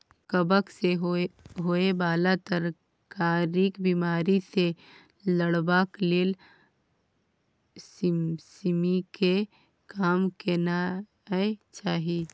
कवक सँ होए बला तरकारीक बिमारी सँ लड़बाक लेल सिमसिमीकेँ कम केनाय चाही